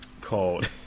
called